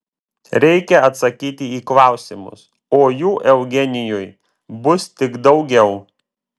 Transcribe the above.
reikia atsakyti į klausimus o jų eugenijui bus tik daugiau